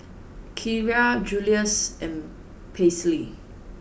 Kierra Julius and Paisley